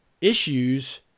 issues